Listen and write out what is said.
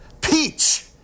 Peach